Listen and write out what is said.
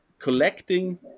Collecting